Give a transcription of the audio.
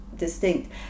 distinct